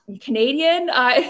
Canadian